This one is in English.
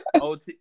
OT